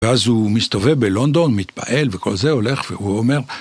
ואז הוא מסתובב בלונדון, מתפעל, וכל זה הולך, והוא אומר...